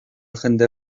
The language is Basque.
jende